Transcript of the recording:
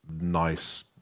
nice